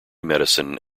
medicine